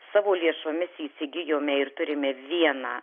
savo lėšomis įsigijome ir turime vieną